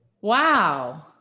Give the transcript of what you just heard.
wow